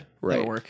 Right